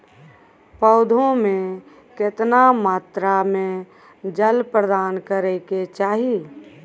पौधों में केतना मात्रा में जल प्रदान करै के चाही?